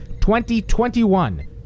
2021